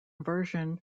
version